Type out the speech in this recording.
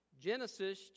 Genesis